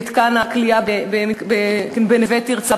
במתקן הכליאה "נווה תרצה".